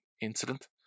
incident